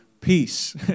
peace